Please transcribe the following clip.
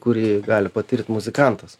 kurį gali patirt muzikantas